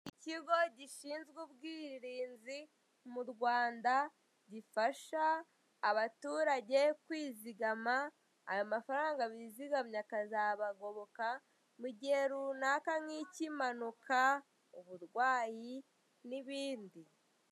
Ikigo gishinzwe ubwirinzi mu Rwanda gifasha abaturage kwizigama, ayo mafaranga bizigamye akazabagoboka mu gihe runaka nk'ik'impanuka, uburwayi n'ibindi.